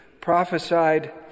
prophesied